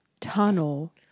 tunnel